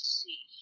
see